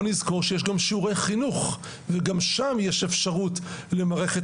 נזכור שיש גם שיעורי חינוך וגם שם יש אפשרות למערכת